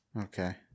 Okay